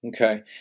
Okay